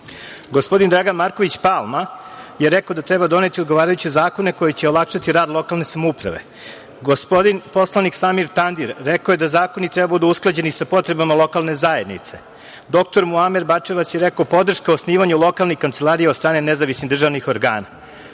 Dragan Marković Palma je rekao da treba doneti odgovarajuće zakone koji će olakšati rad lokalne samouprave. Gospodin poslanik Samir Tandir, rekao je da zakoni treba da budu usklađeni sa potrebama lokalne zajednice. Doktor Muamer Bačevac je rekao podrška osnivanju lokalnih kancelarija od strane nezavisnih državnih organa.U